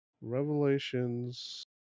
Revelations